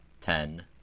ten